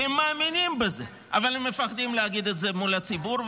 כי הם מאמינים בזה אבל הם מפחדים להגיד את זה מול הציבור.